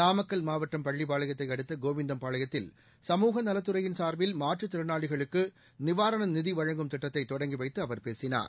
நாமக்கல் மாவட்டம் பள்ளிப்பாளையத்தை அடுத்த கோவிந்தம்பாளையத்தில் சமூகநலத்துறையின் சார்பில் மாற்றுத் திறனாளிகளுக்கு நிவாரண நிதி வழங்கும் திட்டத்தை தொடங்கி வைத்து அவர் பேசினார்